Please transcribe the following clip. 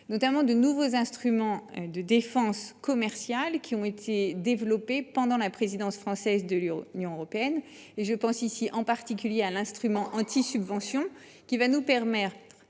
globale. De nouveaux instruments de défense commerciale ont notamment été développés pendant la présidence française du Conseil de l'Union européenne ; je pense en particulier à l'instrument antisubventions qui nous permettra